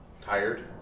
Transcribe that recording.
tired